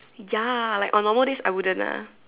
ya like on normal days I wouldn't ah